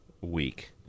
week